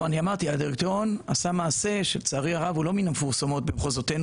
הדירקטוריון עשה מעשה שלצערי הרב הוא לא מהמפורסמים במחוזותינו,